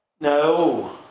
No